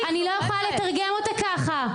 אני לא יכולה לתרגם אותה ככה.